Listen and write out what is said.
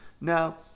Now